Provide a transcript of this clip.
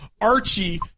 Archie